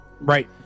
Right